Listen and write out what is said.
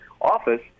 office